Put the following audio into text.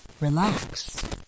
Relax